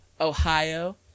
Ohio